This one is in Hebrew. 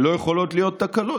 שלא יכולות להיות תקלות?